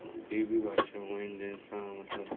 ऐं ॿी ॿी भाषाऊं आहिनि जंहिंसां मतिलबु